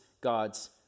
God's